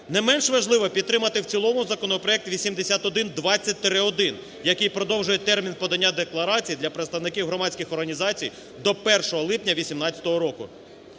Не менш важливо підтримати в цілому законопроект 8120-1, який продовжує термін подання декларацій для представників громадських організацій до 1 липня 2018 року.